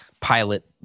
pilot